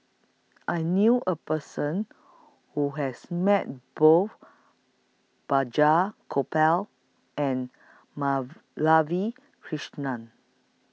I knew A Person Who has Met Both Balraj Gopal and Madhavi Krishnan